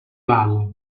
valle